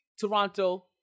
Toronto